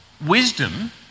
Wisdom